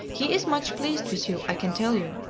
he is much pleased with you, i can tell you.